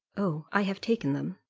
oh, i have taken them.